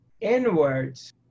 inwards